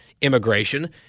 immigration